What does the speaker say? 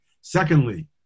Secondly